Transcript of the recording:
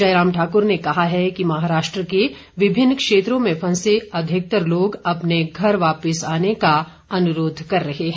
जयराम ठाकुर ने कहा है कि महाराष्ट्र के विभिन्न क्षेत्रों में फंसे अधिकतर लोग अपने घर वापिस आने का अनुरोध कर रहें है